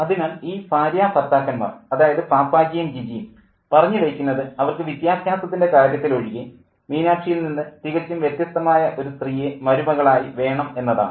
അതിനാൽ ഈ ഭാര്യാഭർത്താക്കന്മാർ അതായത് പാപ്പാജിയും ജിജിയും പറഞ്ഞു വയ്ക്കുന്നത് അവർക്ക് വിദ്യാഭ്യാസത്തിൻ്റെ കാര്യത്തിൽ ഒഴികെ മീനാക്ഷിയിൽ നിന്ന് തികച്ചും വ്യത്യസ്തമായ ഒരു സ്ത്രീയെ മരുമകളായി വേണം എന്നതാണ്